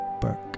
Burke